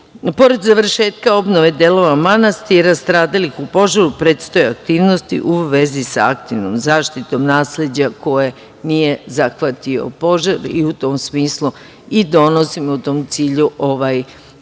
završetka obnove delova manastira stradalih u požaru predstoje aktivnosti u vezi sa aktivnom zaštitom nasleđa koje nije zahvatio požar i u tom smislu i donosimo u tom cilju ovaj